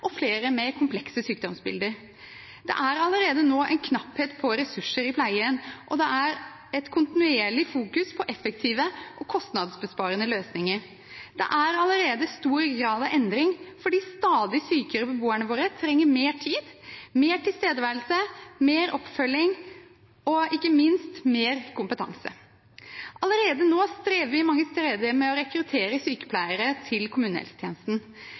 og flere med komplekse sykdomsbilder. Det er allerede nå en knapphet på ressurser i pleien, og det er kontinuerlig fokus på effektive og kostnadsbesparende løsninger. Det er allerede stor grad av endring fordi de stadig sykere beboerne våre trenger mer tid, mer tilstedeværelse, mer oppfølging og ikke minst mer kompetanse. Allerede nå strever de mange steder med å rekruttere sykepleiere til kommunehelsetjenesten.